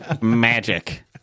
Magic